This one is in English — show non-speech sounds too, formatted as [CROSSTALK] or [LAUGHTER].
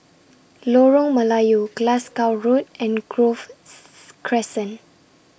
Lorong Melayu Glasgow Road and Grove [NOISE] Crescent